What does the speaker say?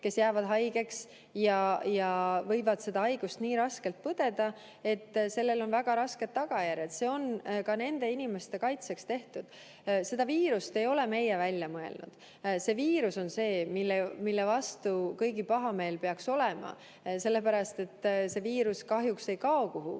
kes jäävad haigeks ja võivad seda haigust nii raskelt põdeda, et sellel on väga rasked tagajärjed. See on ka nende inimeste kaitseks tehtud. Viirust ei ole meie välja mõelnud. See viirus on see, mille vastu kõigi pahameel peaks olema suunatud, sest see viirus kahjuks ei kao kuhugi.